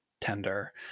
Tender